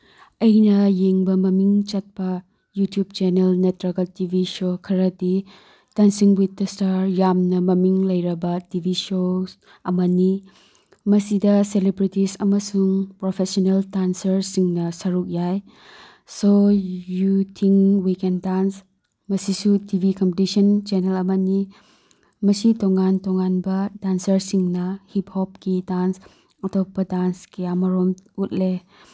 ꯑꯩꯅ ꯌꯦꯡꯕ ꯃꯃꯤꯡ ꯆꯠꯄ ꯌꯨꯇ꯭ꯌꯨꯕ ꯆꯦꯅꯦꯜ ꯅꯠꯇ꯭ꯔꯒ ꯇꯤ ꯚꯤ ꯁꯣ ꯈꯔꯗꯤ ꯇꯁꯁꯤꯡ ꯋꯤꯠ ꯗ ꯏꯁꯇꯥꯔ ꯌꯥꯝꯅ ꯃꯃꯤꯡ ꯂꯩꯔꯕ ꯇꯤ ꯚꯤ ꯁꯣꯁ ꯑꯃꯅꯤ ꯃꯁꯤꯗ ꯁꯦꯂꯦꯕ꯭ꯔꯤꯇꯤꯁ ꯑꯃꯁꯨꯡ ꯄ꯭ꯔꯣꯐꯦꯁꯅꯦꯜ ꯗꯥꯟꯁꯔꯁꯤꯡꯅ ꯁꯔꯨꯛ ꯌꯥꯏ so you think we can dance ꯃꯁꯤꯁꯨ ꯇꯤ ꯚꯤ ꯀꯝꯄꯤꯇꯤꯁꯟ ꯆꯦꯅꯦꯜ ꯑꯃꯅꯤ ꯃꯁꯤ ꯇꯣꯉꯥꯟ ꯇꯣꯉꯥꯟꯕ ꯗꯥꯟꯁꯔꯁꯤꯡꯅ ꯍꯤꯞ ꯍꯣꯞꯀꯤ ꯗꯥꯟꯁ ꯑꯇꯣꯞꯄ ꯗꯥꯟꯁ ꯀꯌꯥꯃꯔꯣꯝ ꯎꯠꯂꯦ